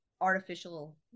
artificial